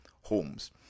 homes